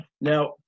now